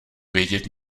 vědět